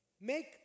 Make